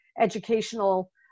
educational